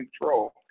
control